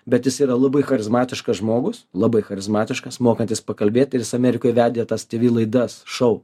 bet jis yra labai charizmatiškas žmogus labai charizmatiškas mokantis pakalbėt ir jis amerikoj vedė tas tv laidas šou